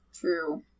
True